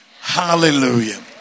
Hallelujah